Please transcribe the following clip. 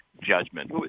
judgment